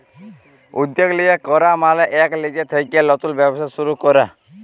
উদ্যগ লিয়ে ক্যরা মালে কল লিজে থ্যাইকে লতুল ব্যবসা শুরু ক্যরা